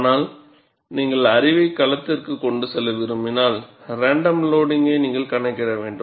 ஆனால் நீங்கள் அறிவை களத்திற்கு கொண்டு செல்ல விரும்பினால் ரேண்டம் லோடிங்கை நீங்கள் கணக்கிட வேண்டும்